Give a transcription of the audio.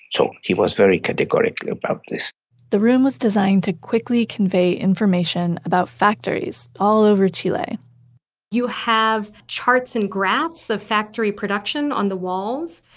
so, he was very categorical about this the room was designed to quickly convey information about factories all over chile you have charts and graphs of factory production on the walls.